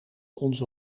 onze